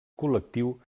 col·lectiu